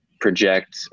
project